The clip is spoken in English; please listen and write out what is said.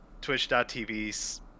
twitch.tv